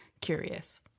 curious